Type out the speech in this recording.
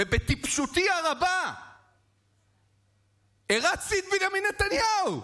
ובטיפשותי הרבה הרצתי את בנימין נתניהו,